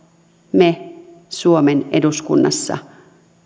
me suomen eduskunnassa